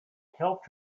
helped